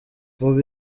ubu